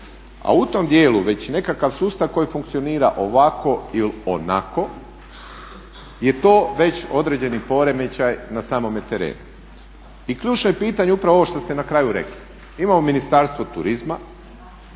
A u tom dijelu već nekakav sustav koji funkcionira ovako ili onako je to već određeni poremećaj na samome terenu. I ključno je pitanje upravo ovo što ste na kraju rekli. imamo Ministarstvo turizma